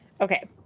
Okay